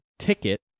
ticket